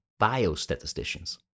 biostatisticians